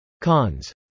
Cons